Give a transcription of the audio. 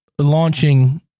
Launching